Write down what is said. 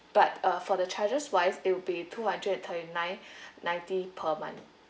but uh for the charges wise it will be two hundred thirty-nine ninety per month